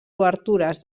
obertures